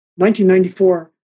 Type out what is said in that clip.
1994